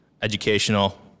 educational